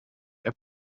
app